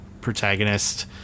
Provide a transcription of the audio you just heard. protagonist